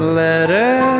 letter